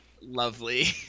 lovely